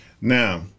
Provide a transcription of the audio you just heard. Now